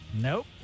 Nope